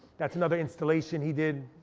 that's another installation he did.